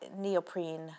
neoprene